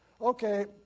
Okay